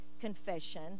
confession